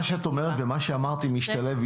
מה שאת אומרת משתלב עם מה שאמרתי לגבי